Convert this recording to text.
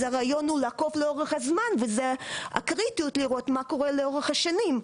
אז הרעיון הוא לעקוב לאורך הזמן וזה קריטי לראות מה קורה לאורך השנים,